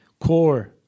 core